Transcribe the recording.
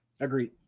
Agreed